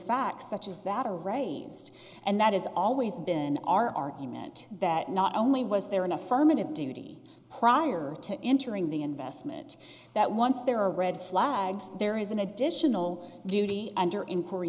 facts such as that are right and that has always been our argument that not only was there an affirmative duty prior to entering the investment that once there are red flags there is an additional duty under inquiry